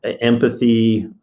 empathy